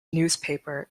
newspaper